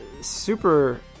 Super